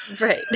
Right